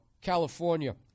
California